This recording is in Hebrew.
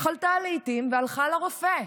חלתה לעיתים והלכה לרופא,